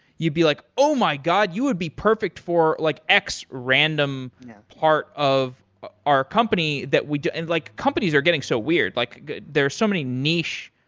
you'd be like, oh my god! you would be perfect for like x-random part of ah our company that we and like companies are getting so weird. like there are so many niche,